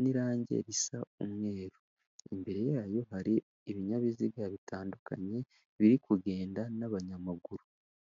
n'irange risa umweru, imbere yayo hari ibinyabiziga bitandukanye biri kugenda n'abanyamaguru.